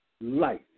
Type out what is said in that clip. life